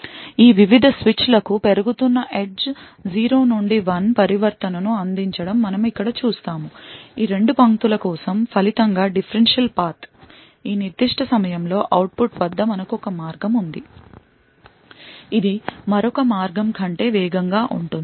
ఈ వివిధ స్విచ్ల కు పెరుగుతున్న ఎడ్జ్ 0 నుండి 1 పరివర్తన ను అందించడం మనం ఇక్కడ చూస్తాము ఈ 2 పంక్తుల కోసం ఫలితంగా differential path ఈ నిర్దిష్ట సమయంలో అవుట్పుట్ వద్ద మనకు ఒక మార్గం ఉంది ఇది మరొక మార్గం కంటే వేగంగా ఉంటుంది